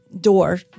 door